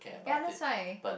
ya that's why